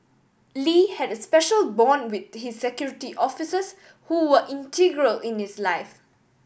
Lee had a special bond with his Security Officers who were integral in his life